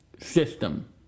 system